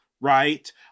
right